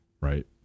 right